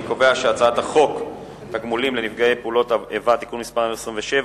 אני קובע שהצעת חוק התגמולים לנפגעי פעולות איבה (תיקון מס' 27),